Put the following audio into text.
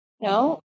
no